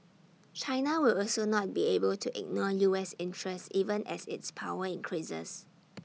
China will also not be able to ignore U S interests even as its power increases